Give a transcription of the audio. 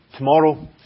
Tomorrow